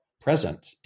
present